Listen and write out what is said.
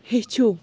ہیٚچھِو